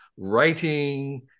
Writing